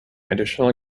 additional